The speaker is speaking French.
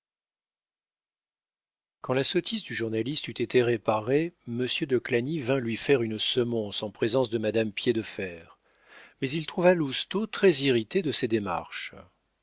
la sottise du journaliste eut été réparée monsieur de clagny vint lui faire une semonce en présence de madame piédefer mais il trouva lousteau très irrité de ces démarches